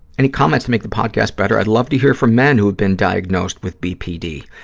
any comments to make the podcast better? i'd love to hear from men who have been diagnosed with bpd.